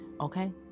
okay